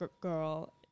girl